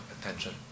attention